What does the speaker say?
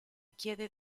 chiede